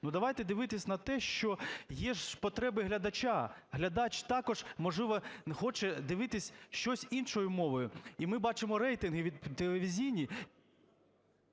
Ну, давайте дивитись на те, що є ж потреби глядача. Глядач також, можливо, хоче дивитись щось іншою мовою. І ми бачимо рейтинги телевізійні…